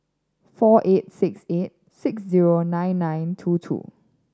four eight six eight six zero nine nine two two